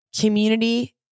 community